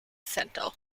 center